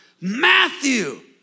Matthew